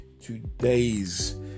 Today's